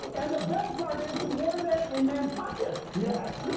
and the best part is he wore that in nantucket! yes.